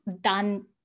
done